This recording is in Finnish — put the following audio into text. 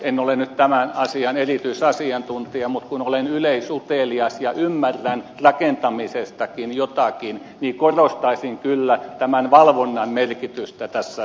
en ole nyt tämän asian erityisasiantuntija mutta kun olen yleisutelias ja ymmärrän rakentamisestakin jotakin niin korostaisin kyllä valvonnan merkitystä tässä yhteydessä